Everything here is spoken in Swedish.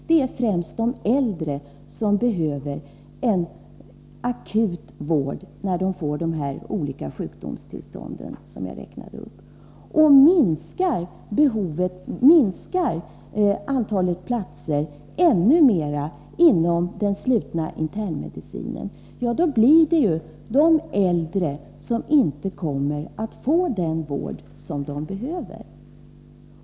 Det är ju främst de äldre som behöver akutvård som en följd av de olika sjukdomstill stånd som jag tidigare räknat upp. Om antalet platser minskar ytterligare inom den slutna internmedicinen, kommer det att resultera i att de äldre inte får den vård som de behöver.